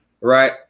Right